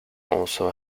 also